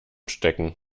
stecken